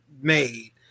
made